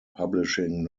publishing